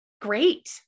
Great